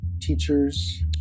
teachers